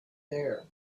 there